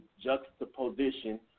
juxtaposition